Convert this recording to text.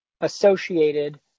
associated